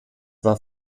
war